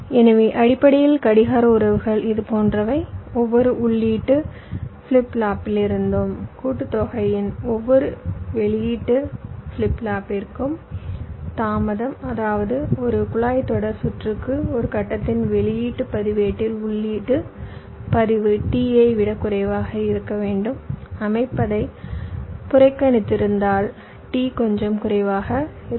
எனவே அடிப்படையில் கடிகார உறவுகள் இது போன்றவை ஒவ்வொரு உள்ளீட்டு ஃபிளிப் ஃப்ளாப்பிலிருந்து கூட்டுத் தொகுதியின் ஒவ்வொரு வெளியீட்டு ஃபிளிப் ஃப்ளாப்பிற்கும் தாமதம் அதாவது ஒரு குழாய் தொடர் சுற்றுக்கு ஒரு கட்டத்தின் வெளியீட்டு பதிவேட்டில் உள்ளீட்டு பதிவு T ஐ விட குறைவாக இருக்க வேண்டும் அமைப்பதை புறக்கணித்திருந்தால் T கொஞ்சம் குறைவாக இருக்கும்